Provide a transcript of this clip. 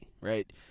right